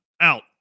Out